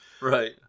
Right